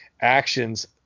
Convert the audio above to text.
actions